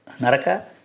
Naraka